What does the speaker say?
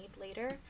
later